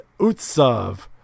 Utsav